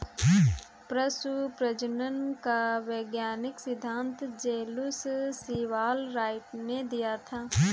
पशु प्रजनन का वैज्ञानिक सिद्धांत जे लुश सीवाल राइट ने दिया था